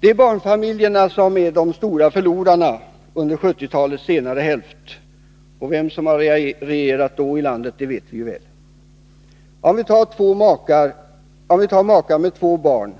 Det är barnfamiljerna som är de stora förlorarna under 1970-talets senare hälft. Vem som regerade i landet under den tiden känner vi väl till. Vi kan som exempel ta en familj med två barn.